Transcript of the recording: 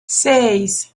seis